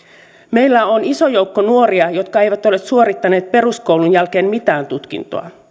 meillä on iso joukko nuoria jotka eivät ole suorittaneet peruskoulun jälkeen mitään tutkintoa